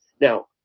Now